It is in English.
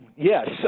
Yes